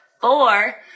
four